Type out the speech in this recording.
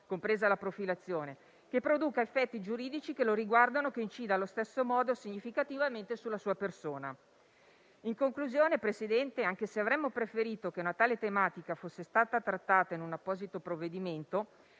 (compresa la profilazione) che produca effetti giuridici che lo riguardano e che incida allo stesso modo significativamente sulla sua persona. In conclusione, anche se avremmo preferito che una tale tematica fosse stata trattata in un apposito provvedimento,